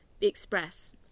express